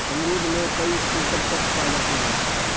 अमरूद में कई पोषक तत्व पाए जाते हैं